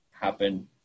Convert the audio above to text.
happen